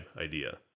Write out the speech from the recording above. idea